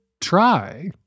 try